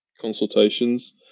consultations